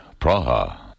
Praha